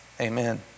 Amen